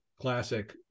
classic